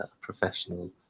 professional